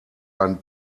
einen